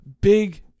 big